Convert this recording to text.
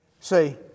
See